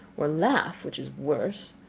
or laugh, which is worse.